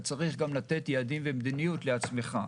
אתה צריך גם לתת יעדים ומדיניות לעצמך.